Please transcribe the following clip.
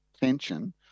tension